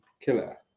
killer